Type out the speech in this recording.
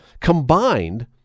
Combined